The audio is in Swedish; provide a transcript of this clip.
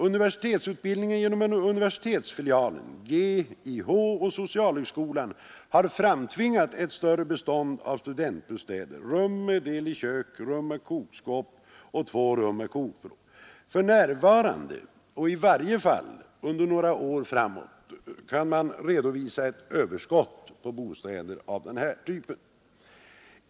Universitetsutbildningen genom universitetsfilialen, GIH och socialhögskolan har framtvingat ett större bestånd av studentbostäder — rum med del i kök, rum med kokskåp och två rum med kokvrå. För närvarande — och i varje fall några år framåt — kan man redovisa ett överskott på bostäder av den här typen.